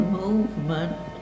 movement